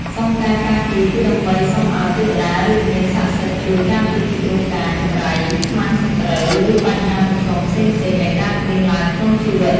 សុំការការពារ គឺដើម្បីសុំឱ្យ ទេវតា ឬ វិញ្ញាណស័ក្តិសិទ្ធិ ជួយ ការពារពីគ្រោះកាច ចង្រៃ ខ្មាំងសត្រូវ ឬ បញ្ហាប្រឈមផ្សេងៗ ដែលកើតមានឡើងក្នុង ជីវិត។